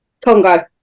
Congo